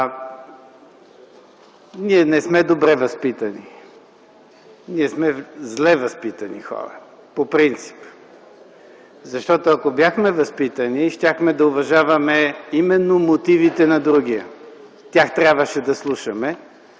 Ние не сме добре възпитани. Ние сме зле възпитани хора по принцип. Защото ако бяхме възпитани, щяхме да уважаваме мотивите на другия. Тях трябваше да слушаме,